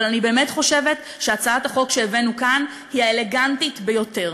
אבל אני באמת חושבת שהצעת החוק שהבאנו כאן היא האלגנטית ביותר.